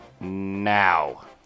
now